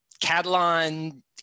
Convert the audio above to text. Catalan